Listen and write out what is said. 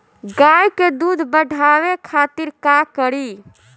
गाय के दूध बढ़ावे खातिर का करी?